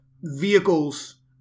vehicles